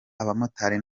abamotari